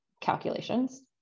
calculations